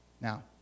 Now